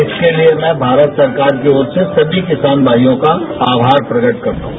इसके लिए मैं भारत सरकार की ओर से सभी किसान भाईयों का आभार प्रकट करता हूं